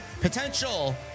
potential